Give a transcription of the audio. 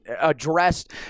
addressed